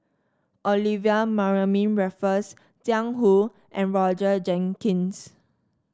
Olivia Mariamne Raffles Jiang Hu and Roger Jenkins